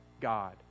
God